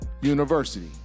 university